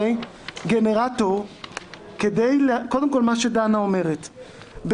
מה שדנה אומרת,